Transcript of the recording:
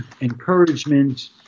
encouragement